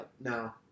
No